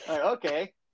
okay